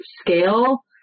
scale